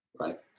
Right